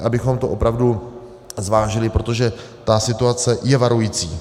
Abychom to opravdu zvážili, protože ta situace je varující.